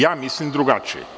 Ja mislim drugačije.